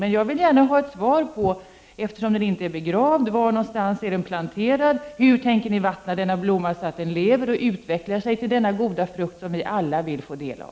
Det sägs således att frågan inte är begravd. Var är den planterad? Hur tänker ni vattna denna planta så att den lever, utvecklas och ger den goda frukt som vi alla vill få del av?